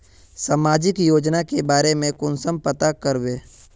सामाजिक योजना के बारे में कुंसम पता करबे?